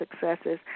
successes